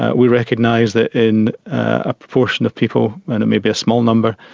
ah we recognise that in a proportion of people, and it may be a small number,